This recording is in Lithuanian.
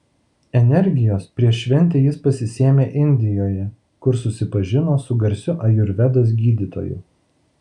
energijos prieš šventę jis pasisėmė indijoje kur susipažino su garsiu ajurvedos gydytoju